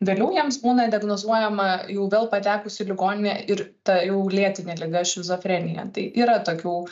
vėliau jiems būna diagnozuojama jau vėl patekus į ligoninę ir tą jau lėtinė liga šizofrenija tai yra tokių